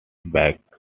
back